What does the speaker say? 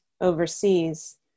overseas